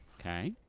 okay.